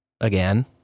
Again